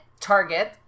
Target